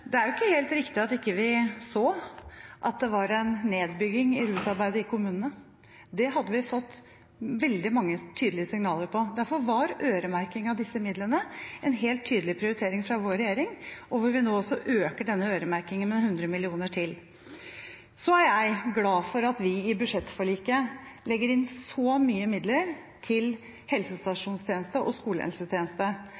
Det er jo ikke helt riktig at vi ikke så at det var en nedbygging i rusarbeidet i kommunene. Det hadde vi fått veldig mange tydelige signaler på. Derfor var øremerking av disse midlene en helt tydelig prioritering fra vår regjering, og hvor vi nå også øker denne øremerkingen med 100 mill. kr til. Så er jeg glad for at vi i budsjettforliket legger inn så mye midler til